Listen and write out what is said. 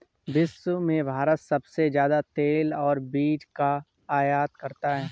विश्व में भारत सबसे ज्यादा तेल के बीज का आयत करता है